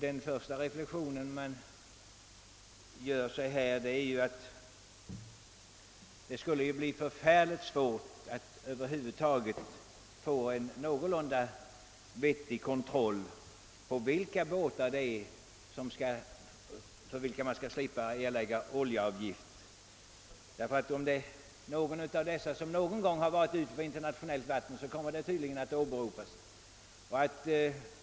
Den första reflexion man gör är att det måste bli förfärligt svårt att kontrollera för vilka båtar oljeavgift inte skulle behöva erläggas. Om någon båt någon gång varit ute på internationellt vatten kommer det tydligen att åberopas som anledning att bli befriad från oljeavgift.